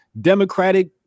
Democratic